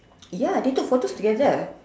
ya they took photos together